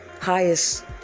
highest